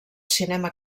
cinema